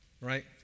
right